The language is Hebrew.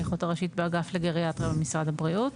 אחות ראשית באגף לגריאטריה במשרד הבריאות,